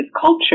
culture